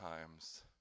times